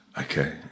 Okay